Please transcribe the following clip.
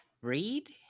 read